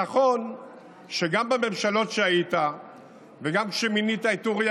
נכון שגם בממשלות שהיית וגם כשמינית את אורי